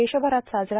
देशभरात साजरा